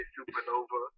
Supernova